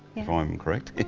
if i'm correct.